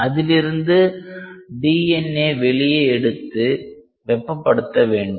அதிலிருந்து DNA வெளியே எடுத்து வெப்ப படுத்த வேண்டும்